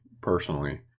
personally